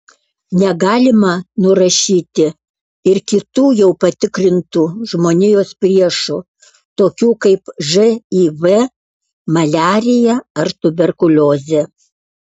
negalima nurašyti ir kitų jau patikrintų žmonijos priešų tokių kaip živ maliarija ar tuberkuliozė